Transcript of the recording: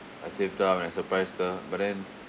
I saved up and I surprise her but then